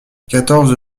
quatorze